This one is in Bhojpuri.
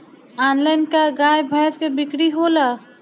आनलाइन का गाय भैंस क बिक्री होला?